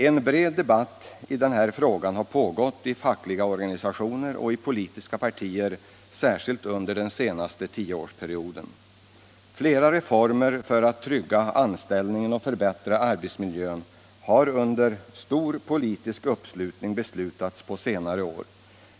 En bred debatt i denna fråga har pågått inom fackliga organisationer och inom politiska partier, särskilt under den senaste tioårspribden. Flera reformer för att trygga anställningen och förbättra arbetsmiljön har under stor politisk uppslutning beslutats under senare år.